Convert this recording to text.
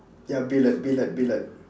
ya billiard billiard billiard